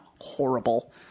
Horrible